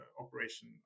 operation